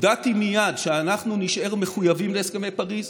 הודעתי מייד שאנחנו נישאר מחויבים להסכמי פריז,